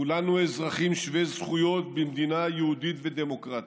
כולנו אזרחים שווי זכויות במדינה יהודית ודמוקרטית.